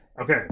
okay